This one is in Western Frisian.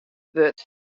wurd